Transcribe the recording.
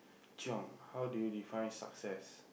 Chiong how do you define success